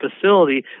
facility